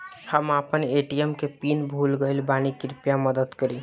हम आपन ए.टी.एम के पीन भूल गइल बानी कृपया मदद करी